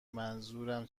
منظورم